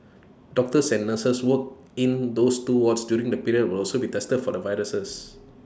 doctors and nurses work in those two wards during the period will also be tested for the virus